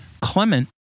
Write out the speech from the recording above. Clement